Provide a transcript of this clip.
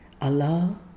Allah